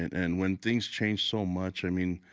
and when things change so much, i mean